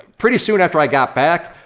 pretty soon after i got back,